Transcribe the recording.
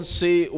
see